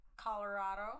Colorado